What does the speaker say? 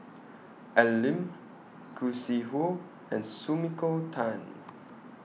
Al Lim Khoo Sui Hoe and Sumiko Tan